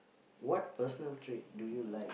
what personal trait do you like